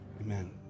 Amen